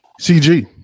CG